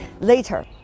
Later